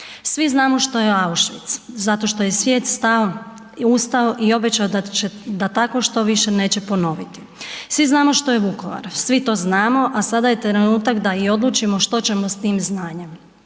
Svi znamo što je Auschwitz, zato što je svijet stao, ustao i obećao da takvo što neće ponoviti. Svi znamo što je Vukovar, svi to znamo, a sada je trenutak da i odlučimo što ćemo s tim znanjem.